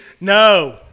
No